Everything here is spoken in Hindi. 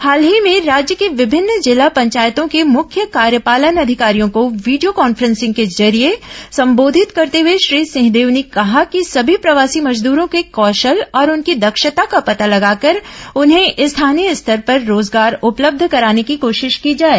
हाल ही में राज्य के विभिन्न जिला पंचायतों के मुख्य कार्यपालन अधिकारियों को वीडियो कॉन्फ्रेंसिंग के जरिये संबोधित करते हुए श्री सिंहदेव ने कहा कि सभी प्रवासी मजदूरों के कौशल और उनकी दक्षता का पता लगाकर उन्हें स्थानीय स्तर पर रोजगार उपलब्ध कराने की कोशिश की जाए